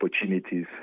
opportunities